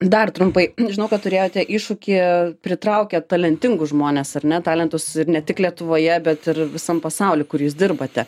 dar trumpai žinau kad turėjote iššūkį pritraukėt talentingus žmones ar ne talentus ir ne tik lietuvoje bet ir visam pasauly kur jūs dirbate